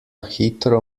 hitro